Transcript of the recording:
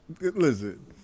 Listen